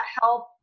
help